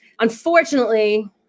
Unfortunately